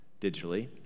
digitally